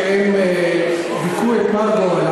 זה שאת אותם 1,200 אנשים שביכו את מר גורלם,